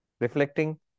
reflecting